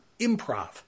improv